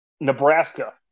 Nebraska